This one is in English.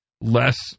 less